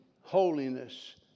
holiness